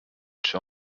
czy